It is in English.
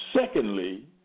Secondly